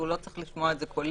הוא לא צריך לשמוע את זה קולי,